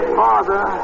father